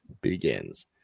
begins